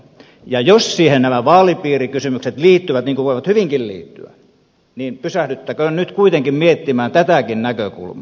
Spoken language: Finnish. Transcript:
ja jos siihen nämä vaalipiirikysymykset liittyvät niin kuin voivat hyvinkin liittyä niin pysähdyttäköön nyt kuitenkin miettimään tätäkin näkökulmaa